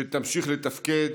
ושתמשיך לתפקד